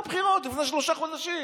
הבטחנו בבחירות לפני שלושה חודשים.